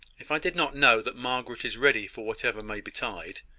if i did not know that margaret is ready for whatever may betide,